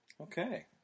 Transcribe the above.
Okay